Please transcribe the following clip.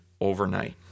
overnight